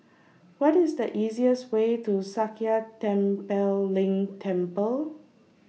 What IS The easiest Way to Sakya Tenphel Ling Temple